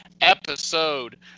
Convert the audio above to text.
episode